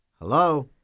Hello